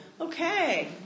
Okay